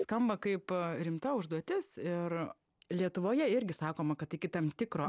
skamba kaip rimta užduotis ir lietuvoje irgi sakoma kad iki tam tikro